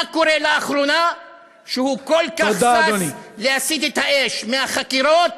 מה קורה לאחרונה שהוא כל כך שש להסית את האש מהחקירות